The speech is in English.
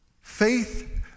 Faith